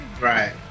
Right